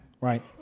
right